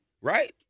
right